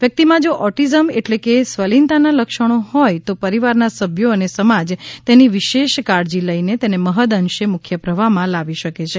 વ્યક્તિ જો ઓટીઝમ એટલે કે સ્વલિનતાનાં લક્ષણો હોય તો પરિવારના સભ્યો અને સમાજ તેની વિશેષ કાળજી લઇને તેને મહદ્ અંશે મુખ્ય પ્રવાહમાં લાવી શકે છે